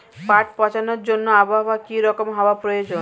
পাট পচানোর জন্য আবহাওয়া কী রকম হওয়ার প্রয়োজন?